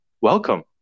Welcome